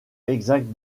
exacte